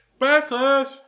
Backlash